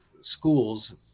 schools